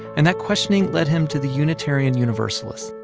and that questioning led him to the unitarian universalists,